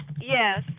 Yes